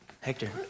Hector